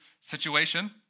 situation